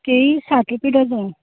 केळीं साठ रुपया डजन